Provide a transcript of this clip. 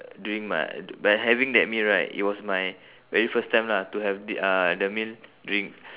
during my by having that meal right it was my very first time lah to have the uh the meal during